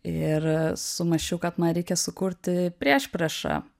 ir sumąsčiau kad man reikia sukurti priešpriešą